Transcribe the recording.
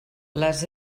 les